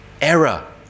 error